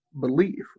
belief